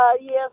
Yes